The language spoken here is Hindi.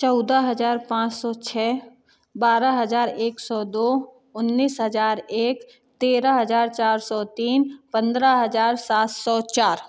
चौदह हज़ार पाँच सौ छः बारह हज़ार एक सौ दो उन्नीस हज़ार एक तेरह हज़ार चार सौ तीन पंद्रह हज़ार सात सौ चार